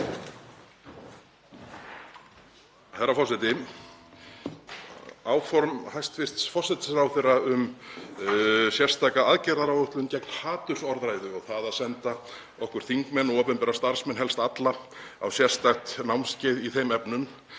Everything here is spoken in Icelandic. Herra forseti. Áform hæstv. forsætisráðherra um sérstaka aðgerðaáætlun gegn hatursorðræðu og það að senda okkur þingmenn og opinbera starfsmenn, helst alla, á sérstakt námskeið í þeim efnum